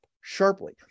sharply